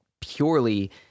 purely